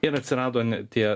ir atsirado ne tie